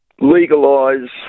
legalise